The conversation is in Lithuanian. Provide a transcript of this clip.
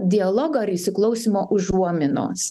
dialogo ar įsiklausymo užuominos